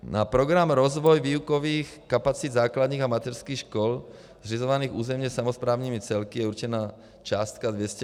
Na program Rozvoj výukových kapacit základních a mateřských škol zřizovaných územně samosprávními celky je určena částka 200 mil. Kč.